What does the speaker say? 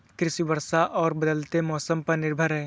कृषि वर्षा और बदलते मौसम पर निर्भर है